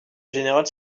générale